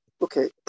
Okay